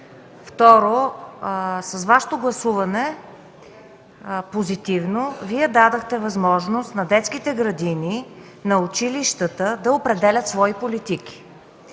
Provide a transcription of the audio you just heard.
Второ, с Вашето позитивно гласуване Вие дадохте възможност на детските градини, на училищата да определят свои политики.